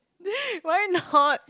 why not